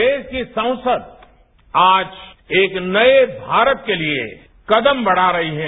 देश की संसद आज एक नए भारत के लिए कदम बढ़ा रही है